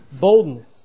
boldness